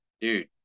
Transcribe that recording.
dude